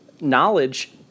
knowledge